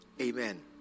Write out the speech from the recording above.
Amen